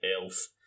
Elf